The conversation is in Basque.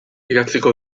idatziko